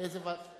לאיזו ועדה?